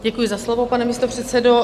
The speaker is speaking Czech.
Děkuji za slovo, pane místopředsedo.